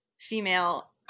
female